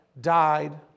died